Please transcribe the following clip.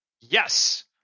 Yes